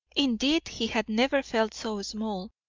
indeed, he had never felt so small,